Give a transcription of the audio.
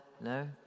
no